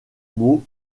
mots